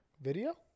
video